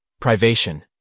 Privation